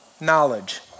knowledge